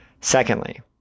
Secondly